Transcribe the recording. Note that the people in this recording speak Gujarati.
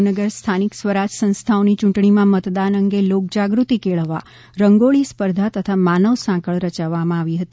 ભાવનગરમાં સ્થાનિક સ્વરાજ સંસ્થાઓની ચૂંટણીમાં મતદાન અંગે લોકજાગૃતિ કેળવવા રંગોળી સ્પર્ધા તથા માનવસાંકળ રચવામાં આવી હતી